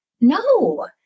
no